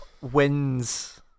wins